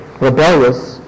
rebellious